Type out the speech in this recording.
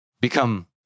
become